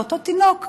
ואותו תינוק,